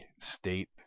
state